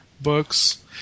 books